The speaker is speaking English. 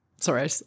Sorry